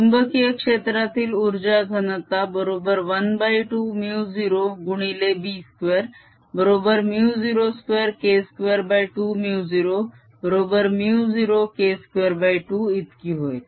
चुंबकीय क्षेत्रातील उर्जा घनता बरोबर 12μ0 गुणिले B2 बरोबर 02K220 बरोबर 0K22 इतकी होय